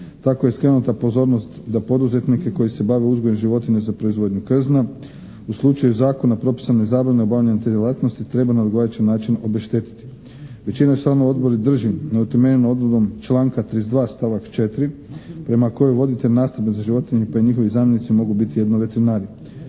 Tako je skrenuta pozornost da poduzetnike koji se bave uzgojem životinje za proizvodnju krzna u slučaju zakona i propisane zabrane obavljanja te djelatnosti treba na odgovarajući način obeštetiti. Većina članova odbora drži neutemeljenom odredbu članka 32. stavak 4. prema kojoj voditelj nastambe za životinje pa i njihovi zamjenici mogu biti jedino veterinari.